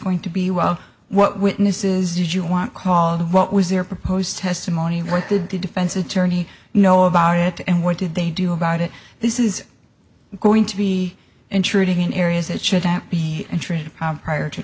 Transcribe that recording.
going to be well what witnesses you want called what was their proposed testimony what did the defense attorney know about it and what did they do about it this is going to be intruding in areas it should that be entry from prior to